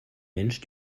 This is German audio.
mensch